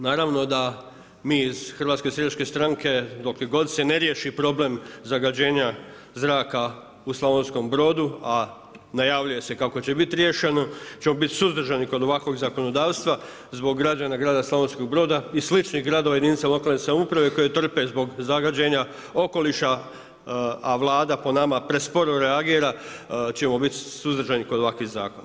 Naravno da mi iz HSS-a dokle god se ne riješi problem zagađenja zraka u Slavonskom Brodu a najavljuje se kako će biti riješen ćemo biti suzdržani kod ovakvog zakonodavstva zbog građana grada Slavonskog Broda i sličnih gradova jedinica lokalne samouprave koje trpe zbog zagađenja okoliša a Vlada po nama presporo reagira, ćemo biti suzdržani kod ovakvih zakona.